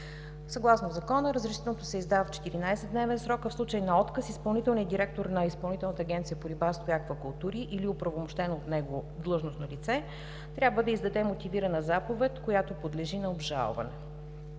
Съгласно Закона, разрешителното се издава в 14-дневен срок, а в случай на отказ изпълнителният директор на Изпълнителната агенция по рибарство и аквакултури или оправомощено от него длъжностно лице трябва да издаде мотивирана заповед, която подлежи на обжалване.